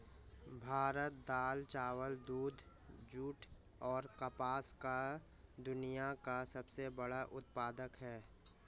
भारत दाल, चावल, दूध, जूट, और कपास का दुनिया का सबसे बड़ा उत्पादक है